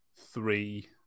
three